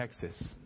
Texas